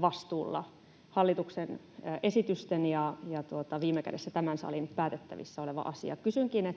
vastuulla, hallituksen esitysten ja viime kädessä tämän salin päätettävissä oleva asia. Kysynkin,